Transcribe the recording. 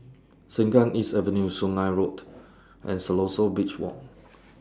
Sengkang East Avenue Sungei Road and Siloso Beach Walk